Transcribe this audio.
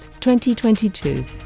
2022